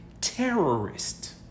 terrorist